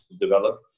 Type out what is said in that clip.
develop